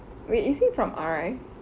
wait is he from R_I